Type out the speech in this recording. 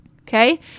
okay